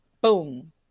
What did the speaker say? Boom